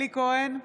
אלי כהן,